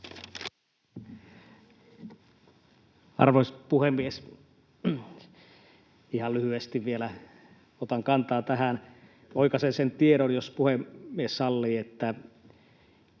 Arvoisa puhemies! Ihan lyhyesti vielä otan kantaa tähän ja oikaisen sen tiedon, jos puhemies sallii. Jos